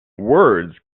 words